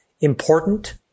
important